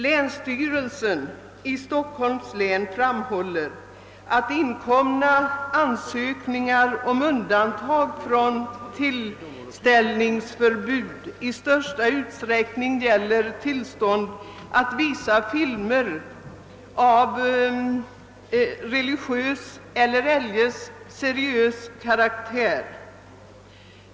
Länsstyrelsen i Stockholms län anför att inkomna ansökningar om undantag från tillställningsförbudet i största uisträckning gäller tillstånd att visa filmer av religiös eller eljest seriös karaktär.